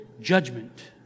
judgment